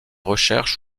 recherches